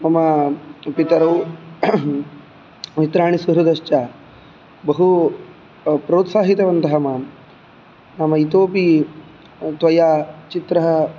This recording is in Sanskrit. मम पितरौ मित्राणि सुहृदश्च बहु प्रोसाहितवन्तः मां नाम इतोऽपि त्वया चित्रः